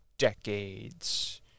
decades